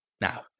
Now